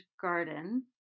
garden